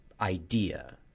idea